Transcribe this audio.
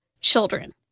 children